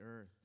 earth